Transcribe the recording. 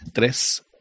Tres